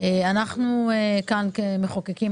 אנחנו כאן כמחוקקים,